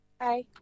Hi